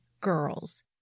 girls